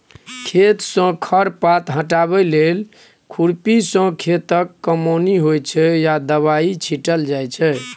खेतसँ खर पात हटाबै लेल खुरपीसँ खेतक कमौनी होइ छै या दबाइ छीटल जाइ छै